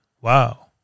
wow